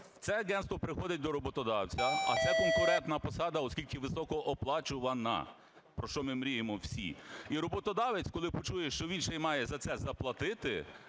Це агентство приходить до роботодавця, а це конкурентна посада, оскільки високооплачувана, про що ми мріємо всі, і роботодавець, коли почує, що він ще й має за це заплатити,